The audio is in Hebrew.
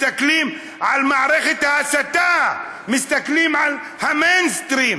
מסתכלים על מערכת ההסתה, מסתכלים על המיינסטרים.